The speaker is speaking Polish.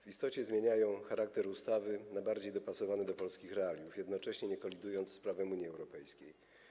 W istocie zmieniają charakter ustawy na bardziej dopasowany do polskich realiów, jednocześnie nie kolidując z prawem Unii Europejskiej.